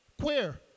queer